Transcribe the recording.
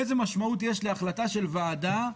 איזה משמעות יש להחלטה של ועדה,